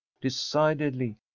decidedly